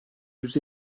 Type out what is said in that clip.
yüz